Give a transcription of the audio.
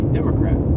Democrat